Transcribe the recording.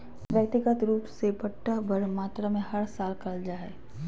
व्यक्तिगत रूप से पट्टा बड़ मात्रा मे हर साल करल जा हय